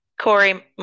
Corey